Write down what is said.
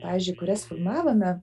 pavyzdžiui kurias filmavome